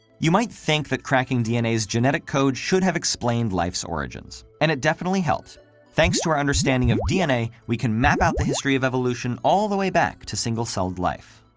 you might think that cracking dna's genetic code should have explained life's origins. and it definitely helped thanks to our understanding of dna, we can map out the history of evolution all the way back to single celled life.